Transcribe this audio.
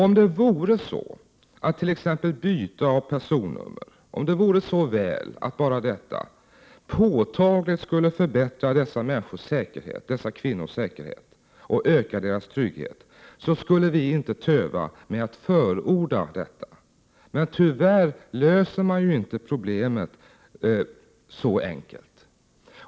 Om det vore så väl att bara byte av personnummer påtagligt skulle förbättra dessa kvinnors säkerhet och öka deras trygghet, skulle vi inte töva med att förorda detta. Men tyvärr löser man ju inte problemet så lätt.